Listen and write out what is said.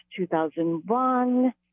2001